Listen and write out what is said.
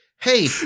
Hey